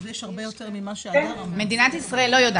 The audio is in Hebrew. יש הרבה יותר --- מדינת ישראל לא יודעת.